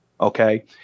okay